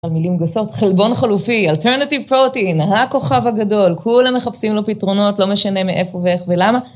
על מילים גסות, חלבון חלופי, אלטרנטיב פרוטין, הכוכב הגדול, כולם מחפשים לו פתרונות, לא משנה מאיפה ואיך ולמה.